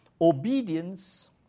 obedience